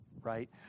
right